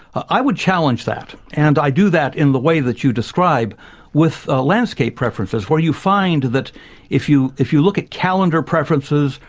i would challenge that. and i do that in the way that you describe with ah landscape preferences, where you find that if you if you look at calendar preferences,